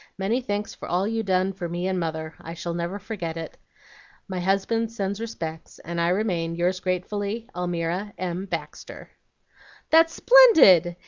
many thanks for all you done for me and mother. i shall never forget it my husband sends respects, and i remain yours gratefully, almira m. baxter that's splendid!